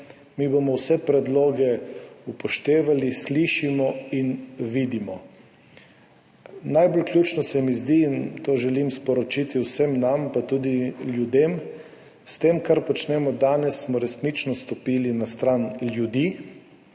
Mi bomo vse predloge upoštevali, slišimo in vidimo. Najbolj ključno se mi zdi, in to želim sporočiti vsem nam, pa tudi ljudem, da smo s tem, kar počnemo danes, resnično stopili na stran ljudi,